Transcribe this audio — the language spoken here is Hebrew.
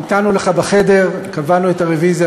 המתנו לך בחדר, קבענו את הרוויזיה